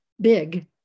big